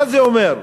מה זה אומר?